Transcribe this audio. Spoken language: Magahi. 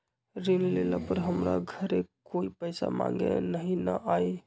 ऋण लेला पर हमरा घरे कोई पैसा मांगे नहीं न आई?